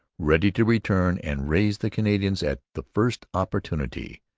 ready to return and raise the canadians at the first opportunity.